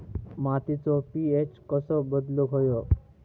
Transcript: मातीचो पी.एच कसो बदलुक होयो?